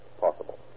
possible